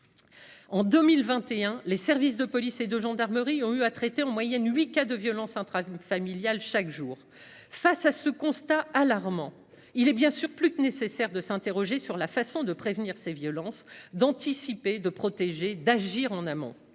En 2021, les services de police et de gendarmerie ont eu à traiter en moyenne 8 cas de violences intrafamiliales chaque jour. Face à ce constat alarmant, il est plus que nécessaire de s'interroger sur la façon de prévenir ces violences, d'anticiper, de protéger et d'agir en amont.